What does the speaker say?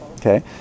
okay